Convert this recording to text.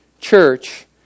church